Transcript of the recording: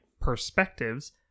perspectives